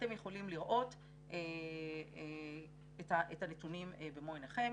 אתם יכולים לראות את הנתונים במו עיניכם.